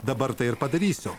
dabar tai ir padarysiu